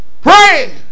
Pray